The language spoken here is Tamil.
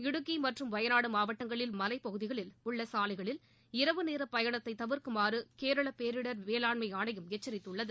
இடுக்கி மற்றும் வயநாடு மாவட்டங்களில் உள்ள மலை பகுதிகளில் உள்ள சாலைகளில் இரவு நேர பயணத்தை தவிர்க்குமாறு கேரள பேரிடர் மேலாண்மை ஆணையம் எச்சரித்துள்ளது